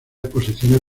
exposiciones